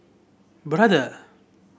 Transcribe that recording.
brother